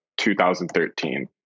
2013